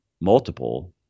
multiple